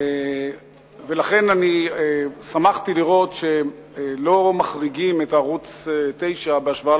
ולכן שמחתי לראות שלא מחריגים את ערוץ-9 בהשוואה